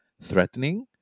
threatening